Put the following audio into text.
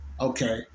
Okay